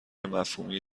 مفهومی